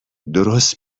درست